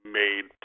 made